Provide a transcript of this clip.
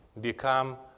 become